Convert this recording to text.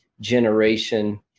generation